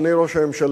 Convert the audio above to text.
אדוני ראש הממשלה,